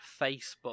Facebook